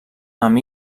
amb